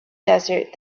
desert